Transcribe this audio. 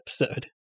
episode